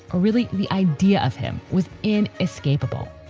really, the idea of him was in escapable